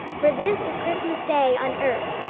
for this is christmas day on earth,